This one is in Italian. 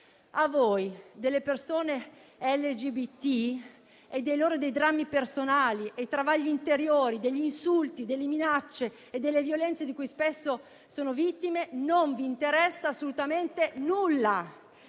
a voi delle persone LGBT, dei loro drammi personali e travagli interiori, degli insulti, delle minacce e delle violenze di cui spesso sono vittime non interessa assolutamente nulla.